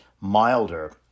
milder